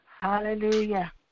Hallelujah